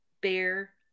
bear